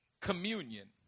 communion